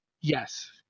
Yes